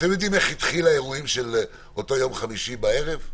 אתם יודעים איך התחילו האירועים של אותו יום חמישי בערב,